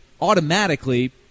automatically